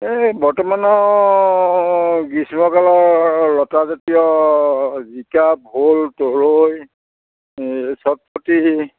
এই বৰ্তমান গ্ৰীষ্মকালৰ লতাজাতীয় জিকা ভোল তৰৈ